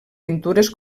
pintures